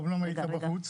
אמנם היית בחוץ,